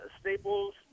Staples